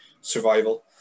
survival